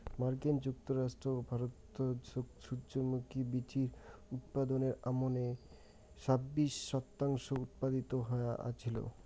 মার্কিন যুক্তরাষ্ট্র ও ভারত সূর্যমুখী বীচির উৎপাদনর আমানে ছাব্বিশ শতাংশ উৎপাদিত হয়া আছিল